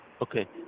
Okay